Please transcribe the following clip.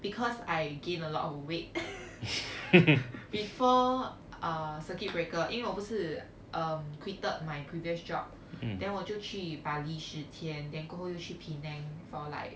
because I gain a lot of weight before uh circuit breaker 因为我不是 quited my previous job then 我就去 bali 十天 then 过后又去 penang for like